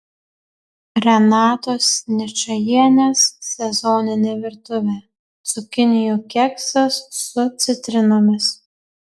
renatos ničajienės sezoninė virtuvė cukinijų keksas su citrinomis